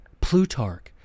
Plutarch